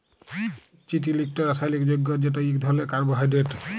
চিটিল ইকট রাসায়লিক যগ্য যেট ইক ধরলের কার্বোহাইড্রেট